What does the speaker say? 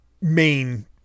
main